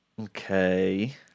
Okay